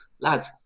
Lads